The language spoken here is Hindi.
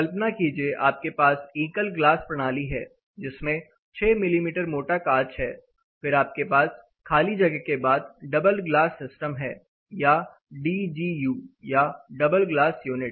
कल्पना कीजिए आपके पास एकल ग्लास प्रणाली है जिसमें 6 मिमी मोटा कांच है फिर आपके पास खाली जगह के बाद डबल ग्लास सिस्टम है या डीजीयू या डबल ग्लास यूनिट